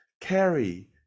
carry